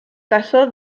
casó